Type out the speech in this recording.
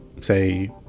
say